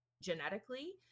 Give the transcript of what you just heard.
genetically